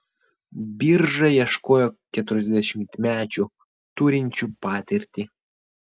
birža ieškojo keturiasdešimtmečių turinčių patirtį